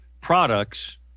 products